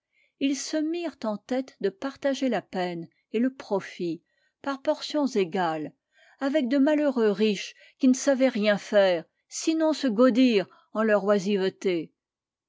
ils se mirent en tête de partager la peine et le profit par portions égales avec de malheureux riches qui ne savaient rien faire sinon se gaudir en leur oisiveté